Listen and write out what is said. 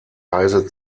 heise